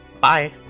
Bye